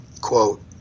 quote